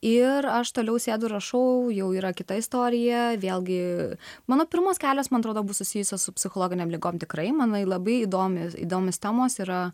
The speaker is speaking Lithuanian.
ir aš toliau sėdu rašau jau yra kita istorija vėlgi mano pirmos kelios man atrodo bus susijusios su psichologinėm ligom tikrai man labai įdomi įdomios temos yra